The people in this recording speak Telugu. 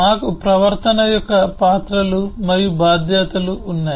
మాకు ప్రవర్తన యొక్క పాత్రలు మరియు బాధ్యతలు ఉన్నాయి